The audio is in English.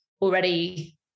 already